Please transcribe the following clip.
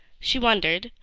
she wondered,